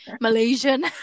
Malaysian